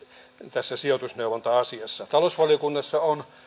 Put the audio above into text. tässä sijoitusneuvonta asiassa talousvaliokunnassa on